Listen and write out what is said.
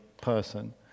person